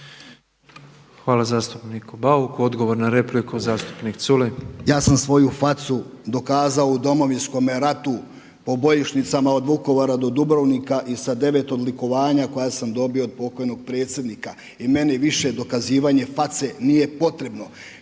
Hvala zastupniku Bauku. Odgovor na repliku zastupnik Culej. **Culej, Stevo (HDZ)** Ja sam svoju facu dokazao u Domovinskome ratu po bojišnicama od Vukovara do Dubrovnika i sa 9 odlikovanja koja sam dobio od pokojnog predsjednika i meni više dokazivanje face nije potrebno.